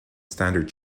standard